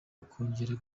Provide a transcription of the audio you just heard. ukongerera